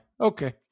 Okay